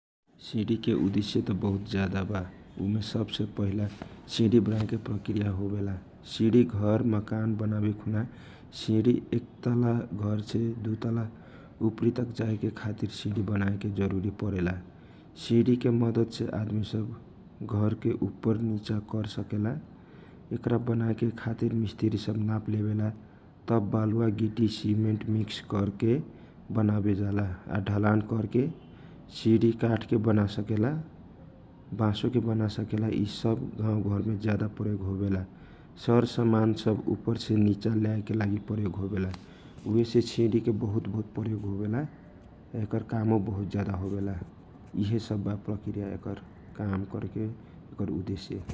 सिडी के उदेशय त बहुत ज्यादा बा उमे सबसे पहिला सिडी बनाए के एक प्रकृया बा सिडी घर बनाए खुना एक तला सेलेकर दुसरा तला तक पुगेके खातीर सिडी बनाए के जरूरी परेला एकरा बनाए के खातिर मिस्तिरी सब नाप लेवेला नाप लेला के बाद गिटी बालुवा के मसाला बनाए के लागी प्रयोग कयल जाला आ ढलान होवेला। सिज काठ से लेक र बास तक के बनासकेला सर समान सब उपर से लेकर निचा तक प्रयोग करेला एकारा प्रयोग क यल जाला ।